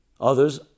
Others